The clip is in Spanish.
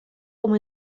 como